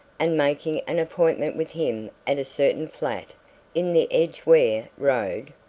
and making an appointment with him at a certain flat in the edgware road,